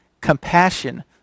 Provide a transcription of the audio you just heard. compassion